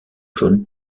jaune